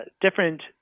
different